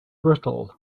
brittle